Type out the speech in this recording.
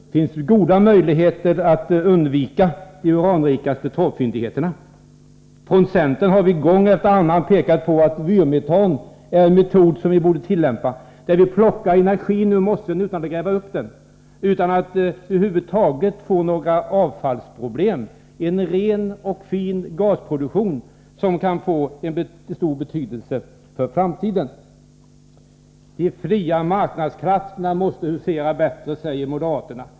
Det finns goda möjligheter att undvika de uranrikaste torvfyndigheterna. Från centern har vi gång efter annan pekat på att vi borde tillämpa metoden med vyrmetan. Då plockar vi energin ur mossen utan att behöva gräva upp den, utan att över huvud taget få några avfallsproblem. Det blir en ren och fin gasproduktion som kan få stor betydelse för framtiden. De fria marknadskrafterna måste husera bättre, säger moderaterna.